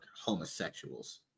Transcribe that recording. homosexuals